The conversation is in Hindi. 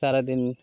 सारा दिन